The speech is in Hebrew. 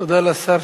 תודה לשר,